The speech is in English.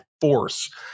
force